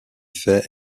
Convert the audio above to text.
faits